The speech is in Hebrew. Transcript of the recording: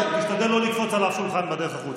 תשתדל לא לקפוץ על אף שולחן בדרך החוצה.